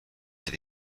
with